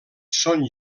són